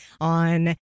on